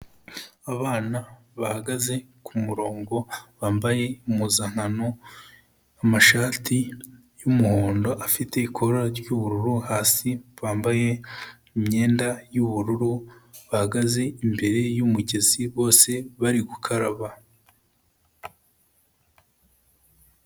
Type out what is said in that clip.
Abana bahagaze ku murongo bambaye impuzankano, amashati y'umuhondo afite ikora ry'ubururu hasi, bambaye imyenda y'ubururu bahagaze imbere y'umugezi bose bari gukaraba.